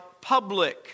public